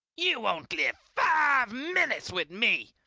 you won't live five minutes with me!